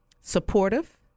supportive